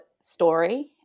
story